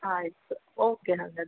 ಹಾಂ ಆಯ್ತು ಓಕೆ ಹಾಗಾದರೆ